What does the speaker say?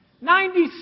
Ninety